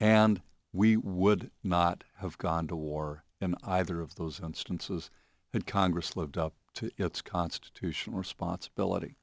and we would not have gone to war in either of those instances had congress lived up to its constitutional responsibility